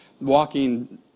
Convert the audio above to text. walking